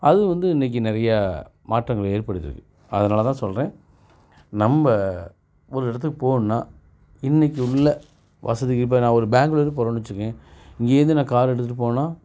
அது வந்து இன்னைக்கு நிறையா மாற்றங்கள் ஏற்படுத்தியிருக்குது அதனால் தான் சொல்கிறேன் நம்ம ஒரு இடத்துக்கு போகணும்னா இன்னைக்கு உள்ள வசதிக்கு இப்போ நான் ஒரு பெங்களூரு போகிறேன்னு வச்சிக்கங்க இங்கேயிருந்து நான் காரை எடுத்துட்டு போனேன்னா